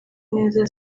neza